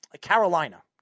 Carolina